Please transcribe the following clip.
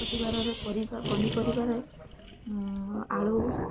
ପରିବାରରେ ପରିବା ପନିପରିବାରେ ଆଳୁ